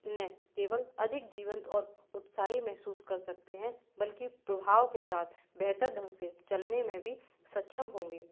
ने केवल अधिक जीवंत और उत्साही मेहसूस कर सकते है बल्कि प्रभाव के साथ बेहतर ढंग से चलने में भी सक्षम होंगे